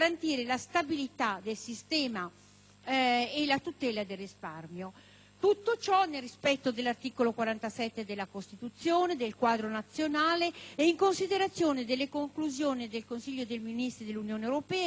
e la tutela del risparmio. Tutto ciò nel rispetto dell'articolo 47 della Costituzione, del quadro di riferimento normativo nazionale, delle conclusioni del Consiglio dei ministri dell'Unione europea e dei successivi incontri internazionali,